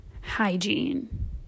hygiene